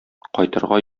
кайтырга